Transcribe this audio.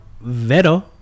Vero